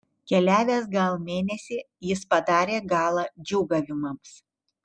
keliavęs gal mėnesį jis padarė galą džiūgavimams